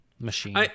machine